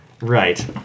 Right